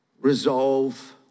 resolve